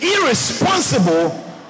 irresponsible